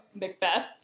Macbeth